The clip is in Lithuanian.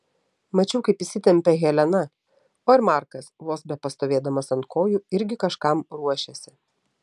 mačiau kaip įsitempė helena o ir markas vos bepastovėdamas ant kojų irgi kažkam ruošėsi